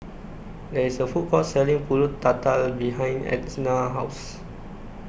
There IS A Food Court Selling Pulut Tatal behind Etna's House